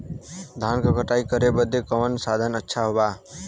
धान क कटाई करे बदे कवन साधन अच्छा बा?